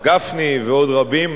גפני ועוד ועוד רבים,